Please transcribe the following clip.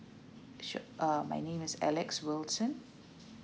sure um my name is alex wilson